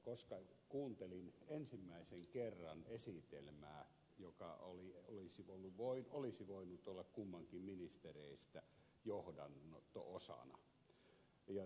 koska kuuntelin ensimmäisen kerran esitelmää joka olisi voinut olla kummankin ministerin johdanto osana